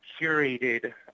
curated